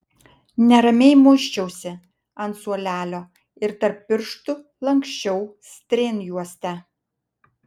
neramiai muisčiausi ant suolelio ir tarp pirštų lanksčiau strėnjuostę